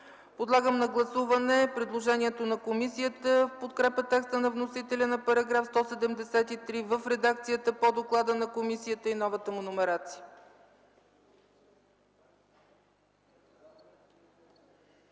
Подлагам на гласуване предложението на комисията в подкрепа текста на вносителя на § 173 в редакцията по доклада на комисията и новата му номерация.